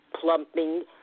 plumping